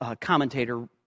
commentator